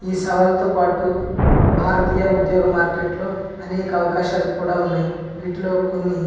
ఈ సవాలుతో పాటు భారతీయ ఉద్యోగ మార్కెట్లు అనేక అవకాశాలు కూడా ఉన్నాయి వీటిలో కొన్ని